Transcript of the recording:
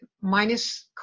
minus